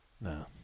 No